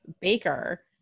Baker